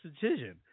decision